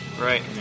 Right